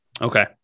Okay